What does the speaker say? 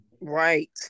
Right